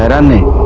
i mean.